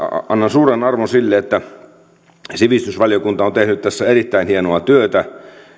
annan suuren arvon sille että sivistysvaliokunta on tehnyt tässä erittäin hienoa työtä